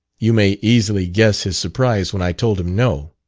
you may easily guess his surprise when i told him no.